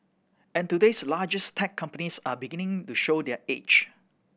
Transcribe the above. and today's largest tech companies are beginning to show their age